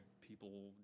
people